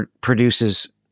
produces